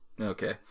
Okay